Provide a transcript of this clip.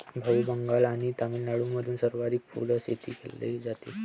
भाऊ, बंगाल आणि तामिळनाडूमध्ये सर्वाधिक फुलशेती केली जाते